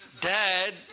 Dad